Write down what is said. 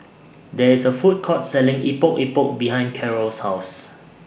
There IS A Food Court Selling Epok Epok behind Karyl's House